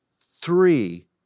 three